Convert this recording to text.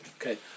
Okay